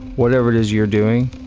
whatever it is you're doing,